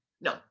No